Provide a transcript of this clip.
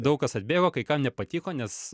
daug kas atbėgo kai kam nepatiko nes